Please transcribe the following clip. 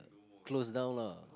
close down lah